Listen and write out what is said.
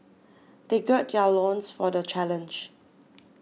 they gird their loins for the challenge